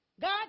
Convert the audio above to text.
God